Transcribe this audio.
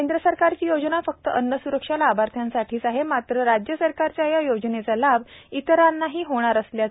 केंद्र सरकारची योजना फक्त अन्नस्रक्षा लाभार्थ्यांसाठीच आहे मात्र राज्य सरकारच्या या योजनेचा लाभ इतरांनाही होणार असल्याचं त्यांनी सांगितलं